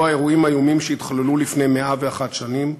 לא האירועים האיומים שהתחוללו לפני 101 שנים,